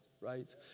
right